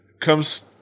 comes